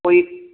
गय